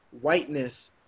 whiteness